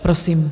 Prosím.